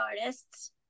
artists